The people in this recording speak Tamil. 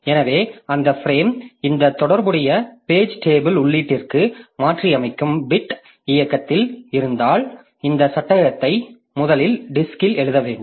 எனவே அந்த பிரேம் இந்த தொடர்புடைய பேஜ் டேபிள் உள்ளீட்டிற்கு மாற்றியமைக்கும் பிட் இயக்கத்தில் இருந்தால் இந்த சட்டகத்தை முதலில் டிஸ்க்ல் எழுத வேண்டும்